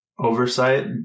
oversight